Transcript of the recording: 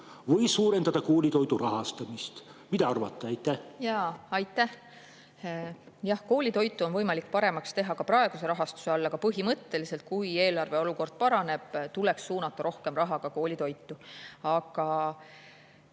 või suurendada koolitoidu rahastamist? Mida arvate? Aitäh! Koolitoitu on võimalik paremaks teha ka praeguse rahastuse all, aga põhimõtteliselt, kui eelarve olukord paraneb, tuleks suunata rohkem raha ka koolitoitu. Aga